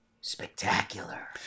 Spectacular